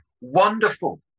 wonderful